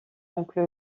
oncle